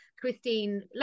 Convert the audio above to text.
Christine